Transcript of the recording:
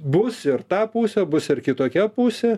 bus ir ta pusė bus ir kitokia pusė